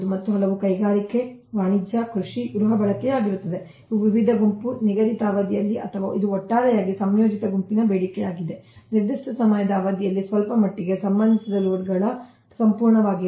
ಮತ್ತು ಕೆಲವು ಕೈಗಾರಿಕಾ ವಾಣಿಜ್ಯ ಕೃಷಿ ಗೃಹ ಬಳಕೆಯದಾಗಿರುತ್ತದೆ ಇವು ವಿವಿಧ ಗುಂಪು ನಿಗದಿತ ಅವಧಿಯಲ್ಲಿ ಅಥವಾ ಇದು ಒಟ್ಟಾರೆಯಾಗಿ ಸಂಯೋಜಿತ ಗುಂಪಿನ ಬೇಡಿಕೆಯಾಗಿದೆ ನಿರ್ದಿಷ್ಟ ಸಮಯದ ಅವಧಿಯಲ್ಲಿ ಸ್ವಲ್ಪಮಟ್ಟಿಗೆ ಸಂಬಂಧಿಸದ ಲೋಡ್ಗಳ ಸಂಪೂರ್ಣವಾಗಿದೆ